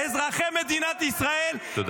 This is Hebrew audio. אזרחי מדינת ישראל -- תודה.